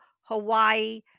Hawaii